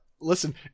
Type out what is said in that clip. Listen